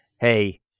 hey